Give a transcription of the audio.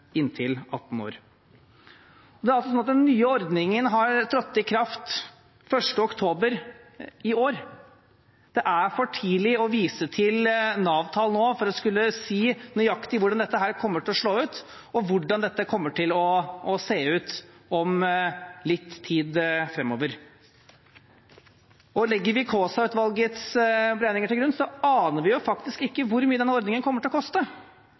inntil 18 år. Den nye ordningen trådte i kraft den 1. oktober i år. Det er for tidlig å vise til Nav-tall nå for å skulle si nøyaktig hvordan dette kommer til å slå ut, og hvordan dette kommer til å se ut om litt tid framover. Legger vi Kaasa-utvalgets beregninger til grunn, aner vi faktisk ikke hvor mye denne ordningen kommer til å koste.